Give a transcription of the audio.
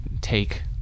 take